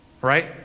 right